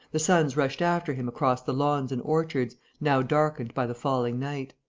the sons rushed after him across the lawns and orchards, now darkened by the falling night.